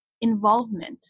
involvement